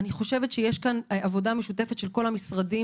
אני חושבת שיש כאן עבודה משותפת של כל המשרדים